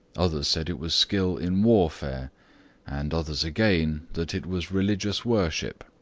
others said it was skill in warfare and others, again, that it was religious worship.